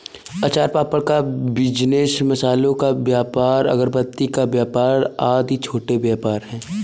अचार पापड़ का बिजनेस, मसालों का व्यापार, अगरबत्ती का व्यापार आदि छोटा व्यापार है